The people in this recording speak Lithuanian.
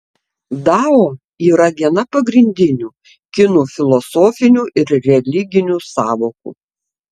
dao yra viena pagrindinių kinų filosofinių ir religinių sąvokų